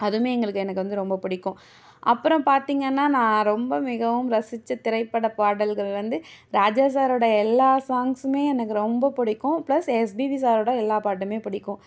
அதுவுமே எங்களுக்கு எனக்கு வந்து ரொம்ப பிடிக்கும் அப்புறம் பார்த்திங்கன்னா நான் ரொம்ப மிகவும் ரசித்த திரைப்பட பாடல்கள் வந்து ராஜா சாரோட எல்லா சாங்ஸுமே எனக்கு ரொம்ப பிடிக்கும் ப்ளஸ் எஸ்பிபி சாரோடய எல்லா பாட்டுமே பிடிக்கும்